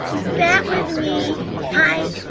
that was me i,